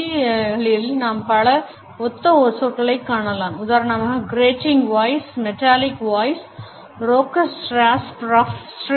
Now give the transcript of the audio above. மொழிகளில் நாம் பல ஒத்த சொற்களை காணலாம் உதாரணமாக grating voice metallic voice raucous rasp rough shrill etcetera